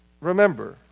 remember